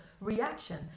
reaction